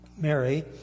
Mary